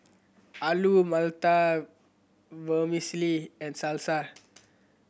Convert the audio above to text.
Alu Matar Vermicelli and Salsa